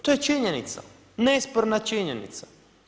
To je činjenica, nesporna činjenica.